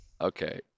Okay